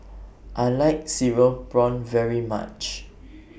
I like Cereal Prawns very much